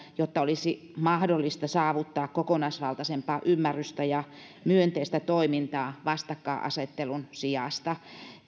jotta olisi mahdollista saavuttaa kokonaisvaltaisempaa ymmärrystä ja myönteistä toimintaa vastakkainasettelun sijasta